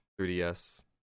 3DS